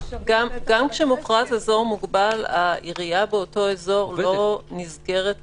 גם כשמוכרז אזור מוגבל העירייה באותו אזור לא נסגרת לפעילות.